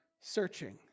searching